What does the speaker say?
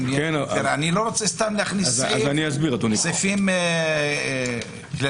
אני לא רוצה להכניס סתם סעיפים כוללניים.